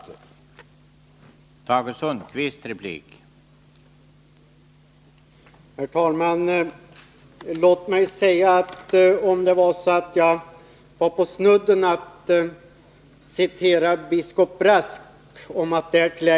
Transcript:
tiska åtgärder tiska åtgärder